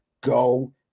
Go